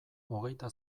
hogeita